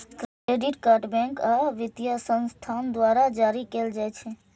credit card bank आ वित्तीय संस्थान द्वारा जारी कैल जाइ छै